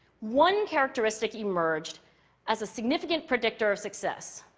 one characteristic emerged as a significant predictor of success.